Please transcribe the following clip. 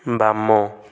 ବାମ